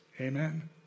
Amen